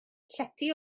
llety